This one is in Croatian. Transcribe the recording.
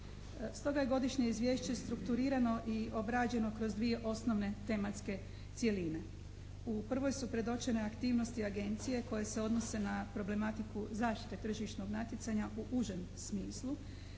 Stoga je godišnje izvješće strukturirano i obrađeno kroz dvije osnovne tematske cjeline. U prvoj su predočene aktivnosti agencije koje se odnose na problematiku za štite tržišnog natjecanja u užem smislu,